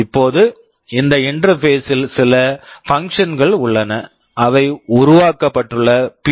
இப்போது இந்த interface interface ல் சில பங்ஷன்ஸ் functions கள் உள்ளன அவை உருவாக்கப்பட்டுள்ள பி